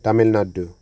Tamil Nadu